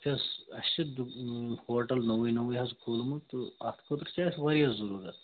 وُچھ حظ اَسہِ چھِ دُو ہوٹَل نوٕے نوٕے حظ کھوٗلمُت تہٕ اَتھ خٲطرٕ چھِ اَسہِ واریاہ ضُروٗرَتھ